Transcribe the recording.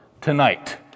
tonight